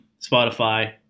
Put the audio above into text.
Spotify